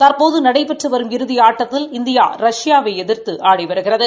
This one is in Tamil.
தற்போது நடைபெற்று வரும் இறுதி ஆட்டத்தில் இந்தியா ரஷ்யாவை எதிர்த்து ஆடி வருகிறது